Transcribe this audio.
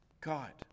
God